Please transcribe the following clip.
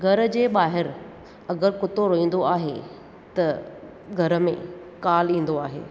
घर जे ॿाहिरि अगरि कुतो रोईंदो आहे त घर में काल ईंदो आहे